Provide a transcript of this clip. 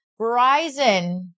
Verizon